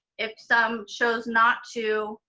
if some chose not to,